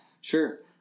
sure